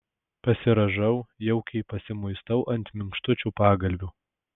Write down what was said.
pasirąžau jaukiai pasimuistau ant minkštučių pagalvių